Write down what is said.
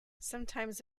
sometimes